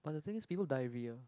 but the thing is people diarrhoea